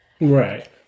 Right